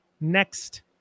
next